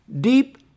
deep